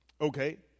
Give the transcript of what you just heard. Okay